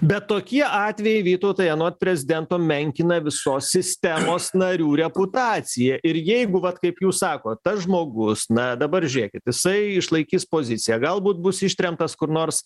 bet tokie atvejai vytautai anot prezidento menkina visos sistemos narių reputaciją ir jeigu vat kaip jūs sakot tas žmogus na dabar žiūrėkit jisai išlaikys poziciją galbūt bus ištremtas kur nors